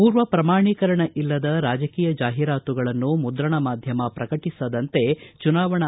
ಪೂರ್ವ ಪ್ರಮಾಣೀಕರಣ ಇಲ್ಲದ ರಾಜಕೀಯ ಜಾಹೀರಾತುಗಳನ್ನು ಮುದ್ರಣ ಮಾಧ್ಯಮ ಪ್ರಕಟಿಸದಂತೆ ಚುನಾವಣಾ